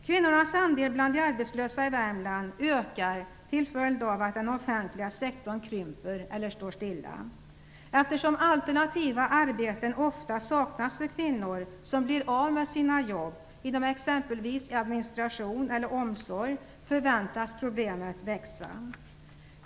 Kvinnornas andel bland de arbetslösa i Värmland ökar till följd av att den offentliga sektorn krymper eller står stilla. Eftersom alternativa arbeten ofta saknas för kvinnor som blir av med sina jobb inom exempelvis administration eller omsorg förväntas problemet växa.